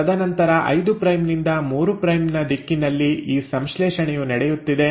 ತದನಂತರ 5 ಪ್ರೈಮ್ ನಿಂದ 3 ಪ್ರೈಮ್ ನ ದಿಕ್ಕಿನಲ್ಲಿ ಈ ಸಂಶ್ಲೇಷಣೆಯು ನಡೆಯುತ್ತಿದೆ